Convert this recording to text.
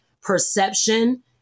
perception